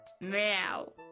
Meow